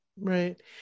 Right